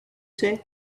say